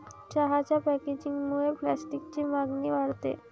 चहाच्या पॅकेजिंगमुळे प्लास्टिकची मागणी वाढते